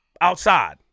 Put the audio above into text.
Outside